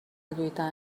lluitar